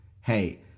hey